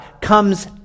comes